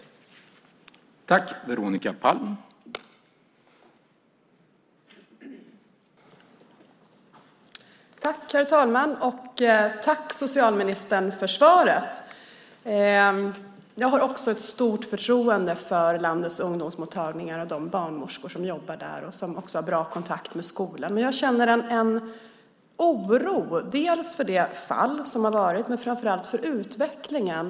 Då Ylva Johansson, som framställt interpellationen, anmält att hon var förhindrad att närvara vid sammanträdet medgav talmannen att Veronica Palm i stället fick delta i överläggningen.